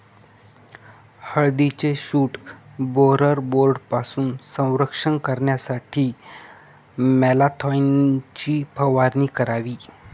हळदीचे shoot borer बोर्डपासून संरक्षण करण्यासाठी मॅलाथोईनची फवारणी करावी